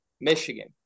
Michigan